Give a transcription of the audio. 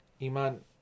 Iman